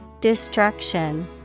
Destruction